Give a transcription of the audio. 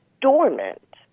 dormant